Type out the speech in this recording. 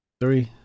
three